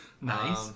Nice